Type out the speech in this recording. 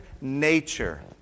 nature